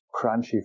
crunchy